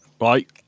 right